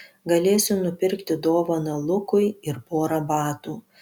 galėsiu nupirkti dovaną lukui ir porą batų